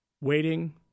waiting